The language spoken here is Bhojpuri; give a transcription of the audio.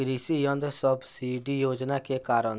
कृषि यंत्र सब्सिडी योजना के कारण?